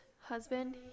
husband